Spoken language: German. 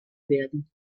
werden